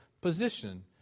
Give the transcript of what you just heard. position